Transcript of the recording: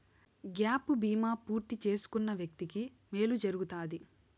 gap బీమా పూర్తి చేసుకున్న వ్యక్తికి మేలు జరుగుతాది